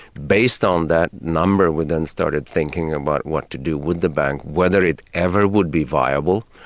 based on that number we then started thinking about what to do with the bank, whether it ever would be viable,